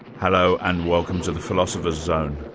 hello, and welcome to the philosopher's zone,